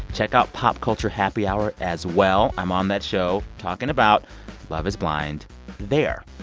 check out pop culture happy hour as well. i'm on that show talking about love is blind there.